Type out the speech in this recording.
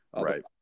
right